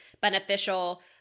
beneficial